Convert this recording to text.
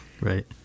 Right